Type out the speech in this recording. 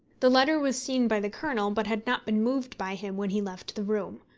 the letter was seen by the colonel, but had not been moved by him when he left the room.